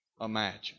imagine